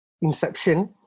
inception